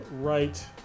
right